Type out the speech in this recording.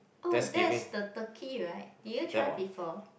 oh that is the turkey right did you try before